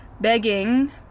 begging